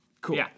Cool